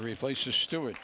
replace the steward